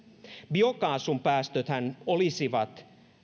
biokaasun päästöthän olisivat